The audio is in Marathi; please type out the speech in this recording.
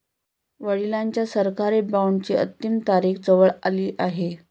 वडिलांच्या सरकारी बॉण्डची अंतिम तारीख जवळ आली आहे